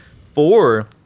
four